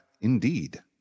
indeed